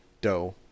dough